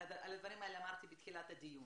על הדברים האלה אמרתי בתחילת הדיון.